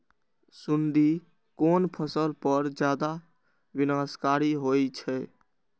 सुंडी कोन फसल पर ज्यादा विनाशकारी होई छै?